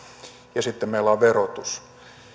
ja sitten meillä on verotus